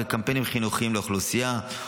וקמפיינים חינוכיים לאוכלוסייה,